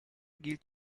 gilt